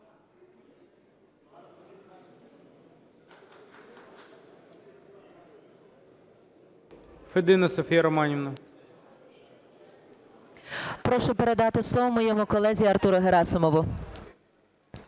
Прошу передати слово моєму колезі Артуру Герасимову.